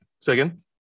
Second